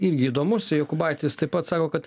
irgi įdomus jokubaitis taip pat sako kad